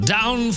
Down